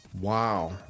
Wow